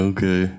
Okay